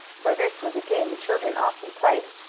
for this was a game the children often played.